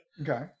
Okay